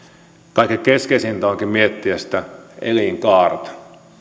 kaiken keskeisintä onkin miettiä sitä elinkaarta